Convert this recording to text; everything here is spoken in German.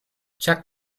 chuck